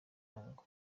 congo